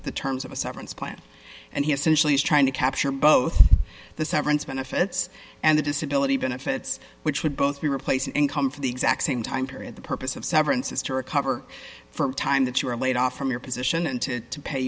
the terms of a severance plan and he essentially is trying to capture both the severance benefits and the disability benefits which would both be replacing income for the exact same time period the purpose of severance is to recover from a time that you were laid off from your position and to